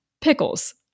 Pickles